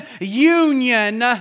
union